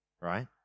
right